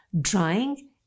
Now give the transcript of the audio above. drying